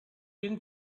been